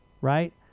right